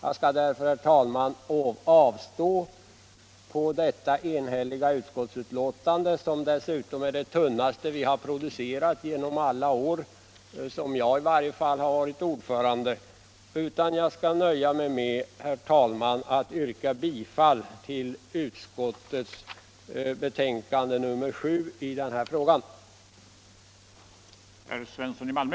Jag skall, herr talman, beträffande detta enhälliga utskottsbetänkande - som är det tunnaste vi har producerat i varje fall under alla de år som jag har varit ordförande — inskränka mig till att yrka bifall till hemställan i utskottets betänkande nr 7.